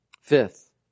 Fifth